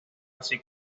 así